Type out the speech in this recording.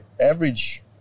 average